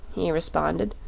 he responded,